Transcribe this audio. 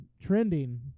trending